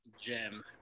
gem